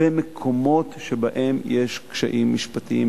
במקומות שבהם יש קשיים משפטיים.